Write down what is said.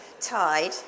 tied